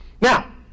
Now